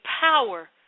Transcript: power